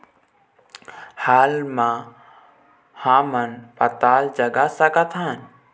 हाल मा हमन पताल जगा सकतहन?